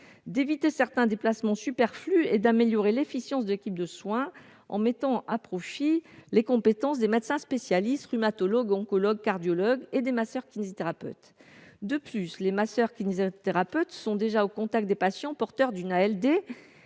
d'éviter certains déplacements superflus et d'améliorer l'efficience de l'équipe de soins en mettant à profit les compétences des médecins spécialistes- rhumatologue, oncologue, cardiologue ... -et des masseurs-kinésithérapeutes. De plus, les masseurs-kinésithérapeutes sont déjà au contact des patients porteurs d'une ALD